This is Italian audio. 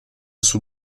sul